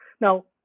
Now